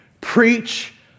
Preach